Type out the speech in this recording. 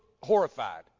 horrified